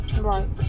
Right